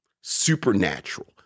supernatural